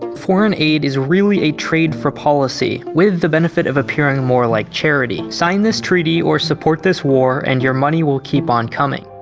foreign aid is really a trade for policy, with the benefit of appearing more like charity sign this treaty or support this war and your money will keep on coming.